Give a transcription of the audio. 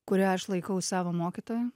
kurią aš laikau savo mokytoja